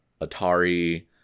Atari